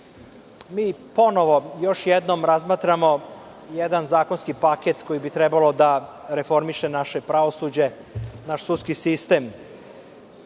ponovo, još jednom razmatramo jedan zakonski paket koji bi trebalo da reformiše naše pravosuđe, naš sudski sistem.